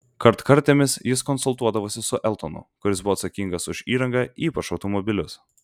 kartkartėmis jis konsultuodavosi su eltonu kuris buvo atsakingas už įrangą ypač automobilius